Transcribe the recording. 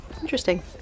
Interesting